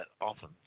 often